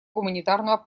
гуманитарного